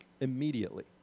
immediately